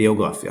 ביוגרפיה